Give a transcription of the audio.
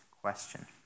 question